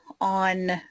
on